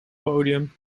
podium